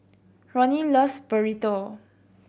Ronnie loves Burrito